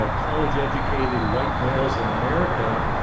so college educated white males in america,